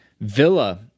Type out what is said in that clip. Villa